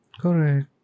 Correct